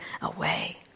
away